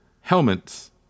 helmets